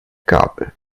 gabel